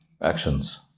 actions